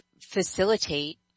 facilitate